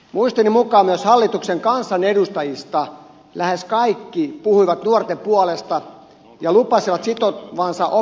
muistini mukaan myös hallituksen kansanedustajista lähes kaikki puhuivat nuorten puolesta ja lupasivat sitoa opintotuen indeksiin